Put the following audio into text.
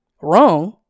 Wrong